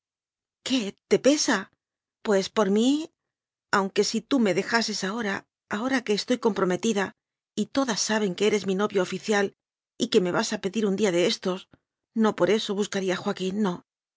qué te pesa pues por mí aunque si tú me dejases ahora ahora que estoy com prometida y todas saben que eres mi novio oficial y que me vas a pedir un día de estos no por eso buscaría a joaquín no